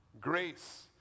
Grace